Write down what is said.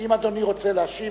האם אדוני רוצה להשיב?